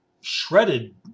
shredded